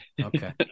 Okay